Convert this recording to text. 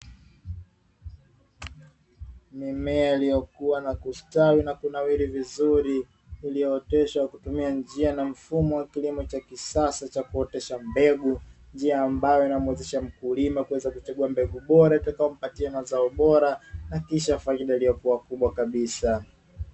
Mimea iliyokua na kustawi na kunawiri vizuri iliyooteshwa kutumia, njia na mfumo wa kilimo cha kisasa cha kuotesha mbegu njia ambayo inamwezesha mkulima kuweza kuchagua mbegu bora, itakayo mpatia mazao bora na kisha faida iliyokuwa kubwa kabisa.